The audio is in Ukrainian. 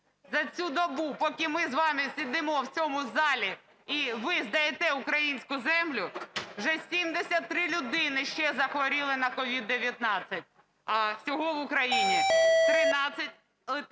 За цю добу, поки ми з вами сидимо в цьому залі і ви здаєте українську землю, вже 73 людини ще захворіли на COVID-19. А всього в Україні 13 летальних